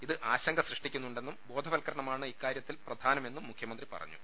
ഇത് ആശങ്ക സൃഷ്ടിക്കു ന്നു ണ്ടെ ന്നും ബോധവൽക്കരണമാണ് ഇക്കാരൃത്തിൽ പ്രധാനമെന്നും മുഖ്യമന്ത്രി പറഞ്ഞു